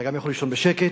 אתה גם יכול לישון בשקט.